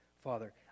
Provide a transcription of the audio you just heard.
father